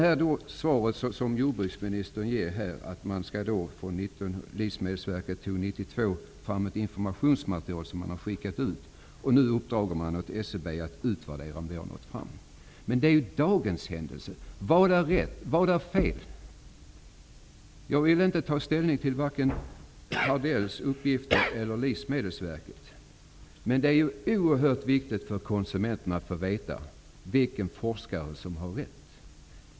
I svaret säger jordbruksministern att nu har skickats ut och att man har uppdragit åt SCB att utvärdera om det har nått fram. Det är dagens händelser. Vad är rätt och vad är fel? Jag vill inte ta ställning till förmån för vare sig Lennart Hardell och Livsmedelsverkets forskare, men det är oerhört viktigt för konsumenterna att få veta vilken forskare som har rätt.